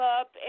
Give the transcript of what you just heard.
up